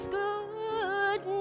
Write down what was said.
good